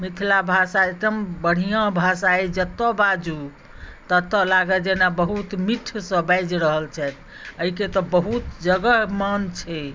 मिथिला भाषा एकदम बढ़िऑं भाषा अछि जतए बाजू तत्तए लागत जेना बहुत मिठ सँ बाजि रहल छथि एहिके तऽ बहुत जगह मान छै